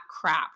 crap